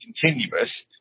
continuous